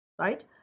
right